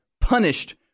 punished